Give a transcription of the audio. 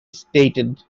stated